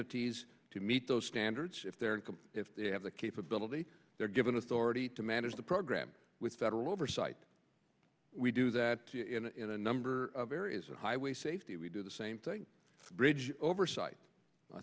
entities to meet those standards if they're income if they have the capability they're given authority to manage the program with federal oversight we do that in a number of areas of highway safety we do the same thing bridge oversight i